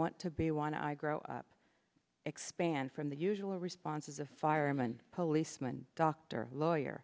want to be one i grow expand from the usual responses of fireman policeman doctor lawyer